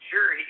Sure